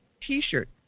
T-shirt